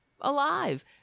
alive